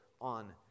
on